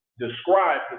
Describe